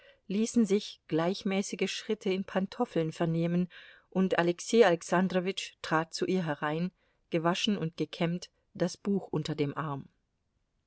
ließen sich gleichmäßige schritte in pantoffeln vernehmen und alexei alexandrowitsch trat zu ihr herein gewaschen und gekämmt das buch unter dem arm